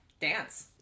dance